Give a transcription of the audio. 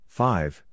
five